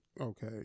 okay